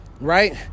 right